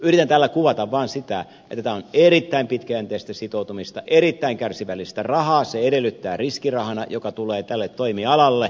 yritän tällä kuvata vaan sitä että tämä on erittäin pitkäjänteistä sitoutumista vaatii erittäin paljon kärsivällisyyttä rahaa se edellyttää riskirahana joka tulee tälle toimialalle